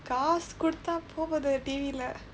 காசு கொடுத்தா போ போது:kaasu koduthaa poo poothu T_V-lae